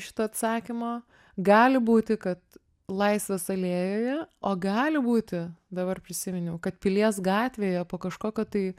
šito atsakymo gali būti kad laisvės alėjoje o gali būti dabar prisiminiau kad pilies gatvėje po kažkokio tai